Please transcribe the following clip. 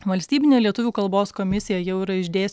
valstybinė lietuvių kalbos komisija jau yra išdės